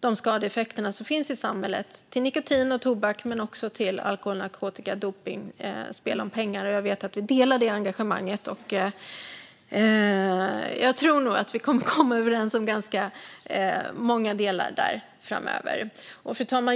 de skadeeffekter som finns i samhället av nikotin och tobak men också av alkohol, narkotika, dopning och spel om pengar. Jag vet att vi delar det engagemanget, och jag tror nog att vi kommer att komma överens om ganska många delar där framöver. Fru talman!